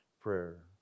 prayer